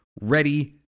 ready